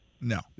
No